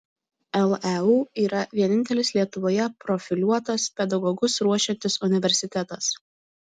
leu yra vienintelis lietuvoje profiliuotas pedagogus ruošiantis universitetas